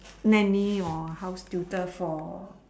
nanny or house tutor for